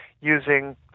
using